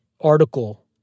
article